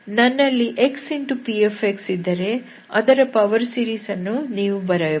ನನ್ನಲ್ಲಿ xp ಇದ್ದರೆ ಅದರ ಪವರ್ ಸೀರೀಸ್ ಅನ್ನು ನೀವು ಬರೆಯಬಹುದು